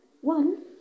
One